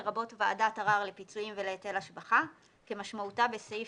לרבות ועדת ערר לפיצויים ולהיטל השבחה כמשמעותה בסעיף